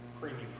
premium